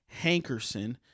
Hankerson